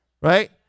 right